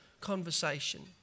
conversation